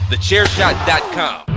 Thechairshot.com